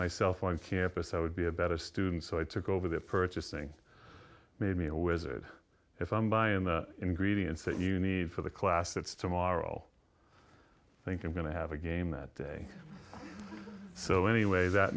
myself i'm campus i would be a better student so i took over the purchasing made me aware that if i'm buying the ingredients that you need for the class it's tomorrow i'll think i'm going to have a game that day so anyway that